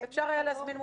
ועניינית.